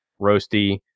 roasty